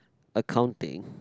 accounting